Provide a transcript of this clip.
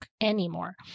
anymore